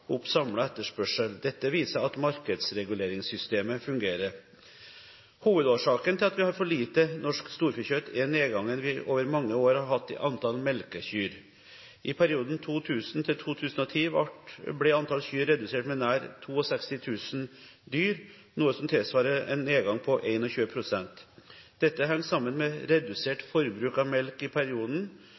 samlet etterspørsel. Dette viser at markedsreguleringssystemet fungerer. Hovedårsaken til at vi har for lite norsk storfekjøtt, er nedgangen vi over mange år har hatt i antallet melkekyr. I perioden 2000–2010 ble antallet kyr redusert med nær 62 000 dyr, noe som tilsvarer en nedgang på 21 pst. Dette henger sammen med redusert forbruk av melk i perioden.